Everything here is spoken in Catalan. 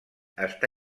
està